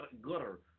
gutter